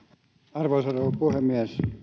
arvoisa rouva puhemies